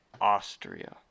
Austria